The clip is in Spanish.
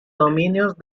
dominios